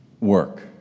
work